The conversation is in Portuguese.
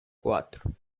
quatro